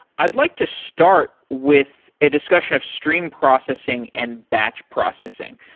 i'd like to start with a discussion of stream processing and batch processing.